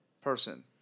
person